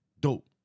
Dope